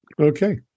Okay